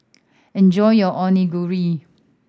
enjoy your Onigiri